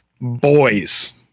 boys